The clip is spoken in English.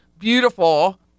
beautiful